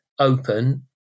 open